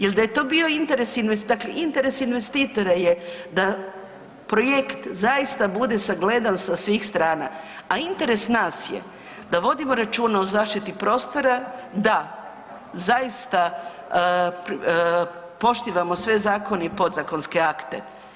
Jel da je to bio interes investitora, dakle interes investitora je da projekt zaista bude sagledan sa svih strana, a interes nas je da vodimo računa o zaštiti prostora, da zaista poštivamo sve zakone i podzakonske akte.